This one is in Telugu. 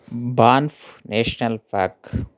Banff national park